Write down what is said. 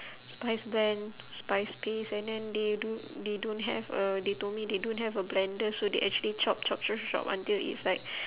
spice blend spice paste and then they d~ they don't have uh they told me they don't have a blender so they actually chop chop chop chop chop until it's like